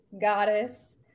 goddess